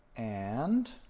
and